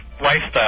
lifestyle